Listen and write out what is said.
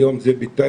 היום זה בטייבה,